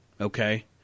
okay